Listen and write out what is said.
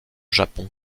japon